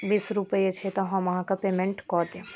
बीस रुपैए छै तऽ हम अहाँके पेमेन्ट कऽ देब